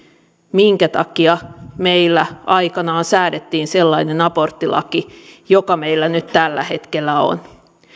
minkä takia meillä aikanaan säädettiin sellainen aborttilaki joka meillä nyt tällä hetkellä on